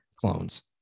clones